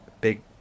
big